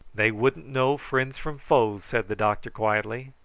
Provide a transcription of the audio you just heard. they wouldn't know friends from foes, said the doctor quietly.